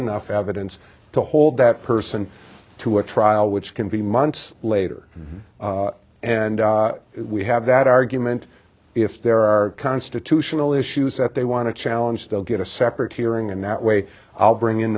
enough evidence to hold that person to a trial which can be months later and we have that argument if there are constitutional issues that they want to challenge they'll get a separate hearing and that way i'll bring in